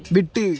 விட்டு